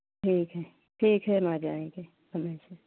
ठीक है ठीक है हम आ जाएंगे समय से